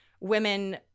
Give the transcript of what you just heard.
women